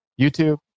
YouTube